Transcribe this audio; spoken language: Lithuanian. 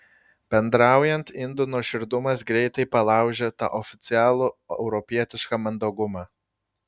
bendraujant indų nuoširdumas greitai palaužia tą oficialų europietišką mandagumą